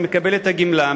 שמקבל את הגמלה,